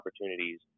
opportunities